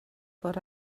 but